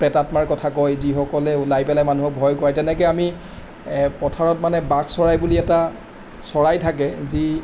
প্ৰেতাত্মাৰ কথা কয় যিসকলে ওলাই পেলাই মানুহক ভয় খুৱাই তেনেকৈ আমি পথাৰত মানে বাক চৰাই বুলি এটা চৰাই থাকে যি